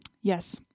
Yes